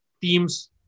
teams